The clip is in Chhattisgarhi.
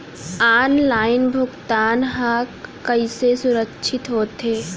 ऑनलाइन भुगतान हा कइसे सुरक्षित होथे?